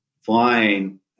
flying